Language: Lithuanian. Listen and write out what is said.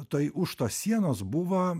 tuoj už tos sienos buvo